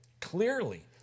clearly